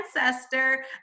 ancestor